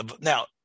Now